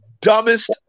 dumbest